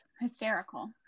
hysterical